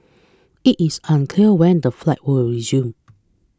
it is unclear when the flight will resume